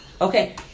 Okay